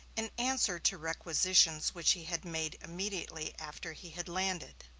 in answer to requisitions which he had made immediately after he had landed.